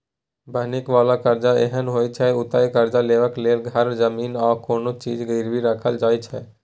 बन्हकी बला करजा एहन होइ छै जतय करजा लेबाक लेल घर, जमीन आ कोनो चीज गिरबी राखल जाइ छै